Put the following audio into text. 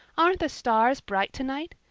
aren't the stars bright tonight?